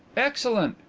excellent!